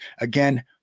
again